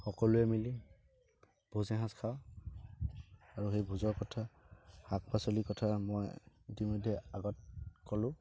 সকলোৱে মিলি ভোজ এসাঁজ খাওঁ আৰু সেই ভোজৰ কথা শাক পাচলিৰ কথা মই ইতিমধ্যে আগত ক'লোঁ